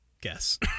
guess